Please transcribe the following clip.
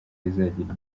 rizagira